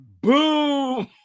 boom